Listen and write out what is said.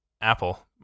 Apple